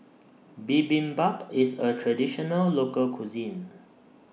Bibimbap IS A Traditional Local Cuisine